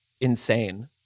insane